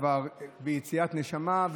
כבר ביציאת נשמה,